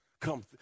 Come